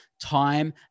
time